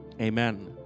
Amen